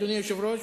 אדוני היושב-ראש,